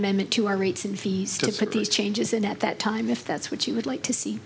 amendment to our rates and fees to put these changes in at that time if that's what you would like to see